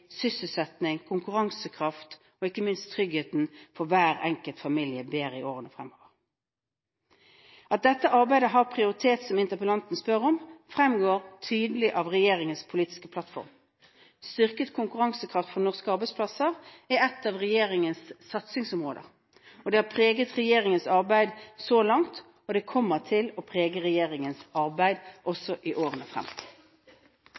og ikke minst tryggheten for hver enkelt familie bedre i årene fremover. At dette arbeidet har prioritet, som interpellanten spør om, fremgår tydelig av regjeringens politiske plattform. Styrket konkurransekraft for norske arbeidsplasser er et av regjeringens satsingsområder. Det har preget regjeringens arbeid så langt, og det kommer til å prege regjeringens arbeid